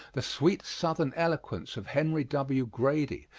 the sweet southern eloquence of henry w. grady,